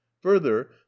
Further